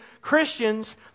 Christians